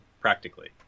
practically